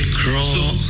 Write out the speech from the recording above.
crawl